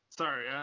Sorry